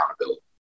accountability